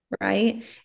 right